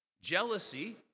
jealousy